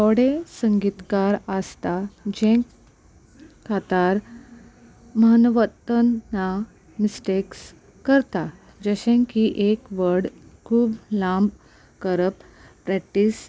थोडे संगीतकार आसता जें कातार मनवत्तना मिस्टेक्स करता जशें की एक वर्ड खूब लांब करप प्रॅक्टीस